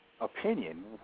opinion